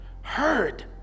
Heard